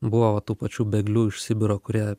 buvo tų pačių bėglių iš sibiro kurie